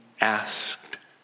asked